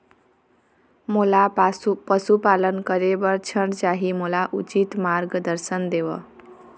मोला पशुपालन करे बर ऋण चाही, मोला उचित मार्गदर्शन देव?